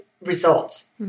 results